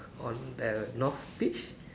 on the North Beach